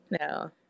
no